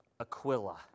Aquila